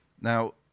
Now